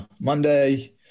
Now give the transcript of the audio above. Monday